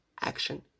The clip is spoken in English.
action